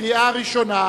לקריאה ראשונה.